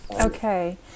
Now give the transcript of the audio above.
Okay